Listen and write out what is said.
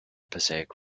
passaic